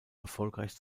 erfolgreich